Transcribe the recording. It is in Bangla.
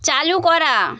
চালু করা